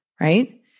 right